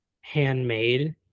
handmade